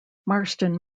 marston